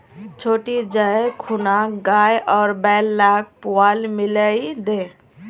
छोटी जाइ खूना गाय आर बैल लाक पुआल मिलइ दे